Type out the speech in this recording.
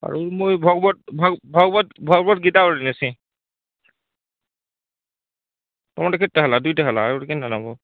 ଆରୁ ମୁଇ ଭଗବତ ଗୀତ ଗୋଟେ ନେସି ତମରଟେ କେତେଟା ହେଲା ଦୁଇଟା ହେଲା ଆଉ ଗୋଟେ କେନ୍ତା ନବ